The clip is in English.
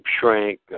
Shrink